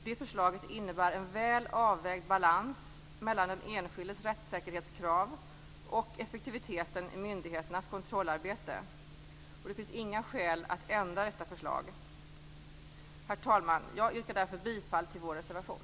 Det förslaget innebär en väl avvägd balans mellan den enskildes rättssäkerhetskrav och effektiviteten i myndigheternas kontrollarbete. Det finns inga skäl att ändra detta förslag. Herr talman! Jag yrkar därför bifall till vår reservation.